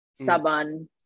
Saban